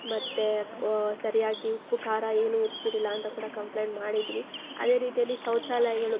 ಮತ್ತು ಸರಿಯಾಗಿ ಉಪ್ಪು ಖಾರ ಏನೂ ಇರ್ತಿರಲಿಲ್ಲ ಅಂತ ಕೂಡ ಕಂಪ್ಲೇಂಟ್ ಮಾಡಿದ್ವಿ ಅದೇ ರೀತಿಯಲ್ಲಿ ಶೌಚಾಲಯಗಳು